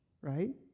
right